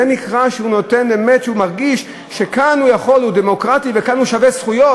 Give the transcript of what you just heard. זה נקרא שהוא מרגיש שכאן הוא בדמוקרטיה וכאן הוא שווה-זכויות?